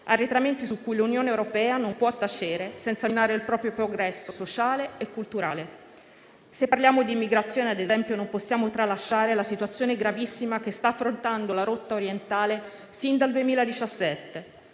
arretramenti su cui l'Unione europea non può tacere senza minare il proprio progresso sociale e culturale. Se parliamo di immigrazione, ad esempio, non possiamo tralasciare la situazione gravissima che sta affrontando la rotta orientale sin dal 2017.